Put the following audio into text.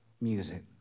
music